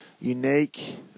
unique